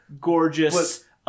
gorgeous